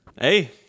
Hey